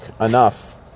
enough